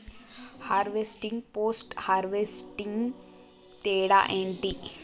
Harvesting, post harvesting తేడా ఏంటి?